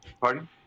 Pardon